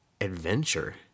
adventure